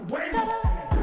Wednesday